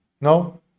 No